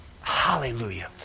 Hallelujah